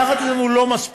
יחד עם זה הוא לא מספיק.